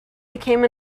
became